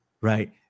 right